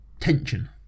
tension